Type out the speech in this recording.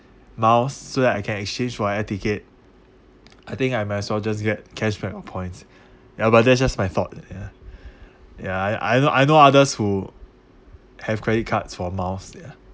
miles so that I can exchange for an air ticket I think I might as well just get cash back or points ya but that's just my thought ya ya I know I know others who have credit cards for miles yeah